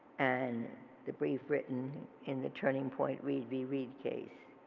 and the brief written in the turning point reed v. reed case.